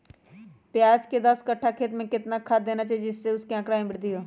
प्याज के दस कठ्ठा खेत में कितना खाद देना चाहिए जिससे उसके आंकड़ा में वृद्धि हो?